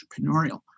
entrepreneurial